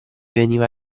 veniva